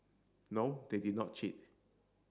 no they did not cheat